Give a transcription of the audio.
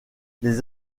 les